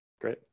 Great